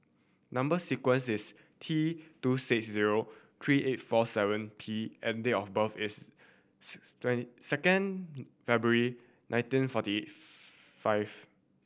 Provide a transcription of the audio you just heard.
number sequence is T two six zero three eight four seven P and date of birth is second February nineteen forty five